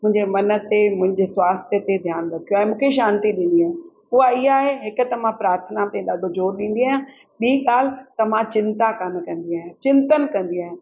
मुंहिंजे मन ते मुंहिंजे स्वास्थ्य ते ध्यानु रखियो आहे मूंखे शांति ॾिनी आहिनि उहा इया आहे हिकु त मां प्रार्थना ते ॾाढो ज़ोरु ॾींदी आहियां ॿीं ॻाल्हि त मां चिंता कान कंदी आहियां चिंतन कंदी आहियां